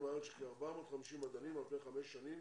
לארץ של כ-450 מדענים על פני חמש שנים